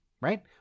right